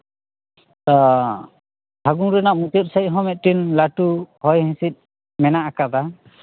ᱛᱚ ᱯᱷᱟᱹᱜᱩᱱ ᱨᱮᱱᱟᱜ ᱢᱩᱪᱟᱹᱫ ᱥᱮᱫ ᱦᱚᱸ ᱢᱤᱫᱴᱮᱱ ᱞᱟᱹᱴᱩ ᱦᱚᱭ ᱦᱤᱸᱥᱤᱫ ᱢᱮᱱᱟᱜ ᱟᱠᱟᱫᱟ